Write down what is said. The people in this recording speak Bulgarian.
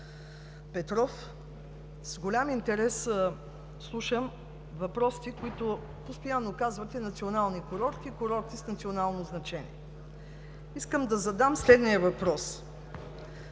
Петров, с голям интерес слушам въпросите, с които постоянно казвате: „национални курорти“ и „курорти с национално значение“. Искам да задам следния въпрос.